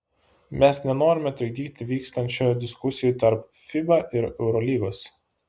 mes nenorime trikdyti vykstančių diskusijų tarp fiba ir eurolygos